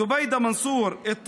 זוביידה מנסור, א-טירי,